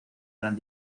gran